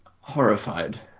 horrified